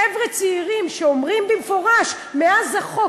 חבר'ה צעירים שאומרים במפורש: מאז החוק